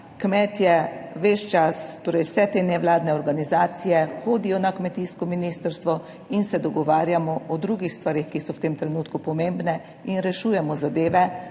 (nadaljevanje) vse te nevladne organizacije hodijo na kmetijsko ministrstvo in se dogovarjamo o drugih stvareh, ki so v tem trenutku pomembne in rešujemo zadeve,